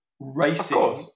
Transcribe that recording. racing